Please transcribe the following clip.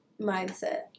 Mindset